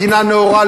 מדינה נאורה,